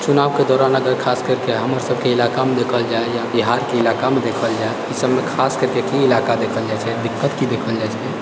चुनावके दौरान अगर खास करिके हमर सबके इलाकामे देखल जाए या बिहारके इलाकामे देखल जाए ई सबमे खास करिके ई इलाका देखल जाइत छै दिक्कत की देखल जाइत छै